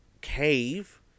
cave